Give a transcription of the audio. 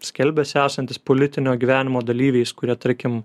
skelbiasi esantys politinio gyvenimo dalyviais kurie tarkim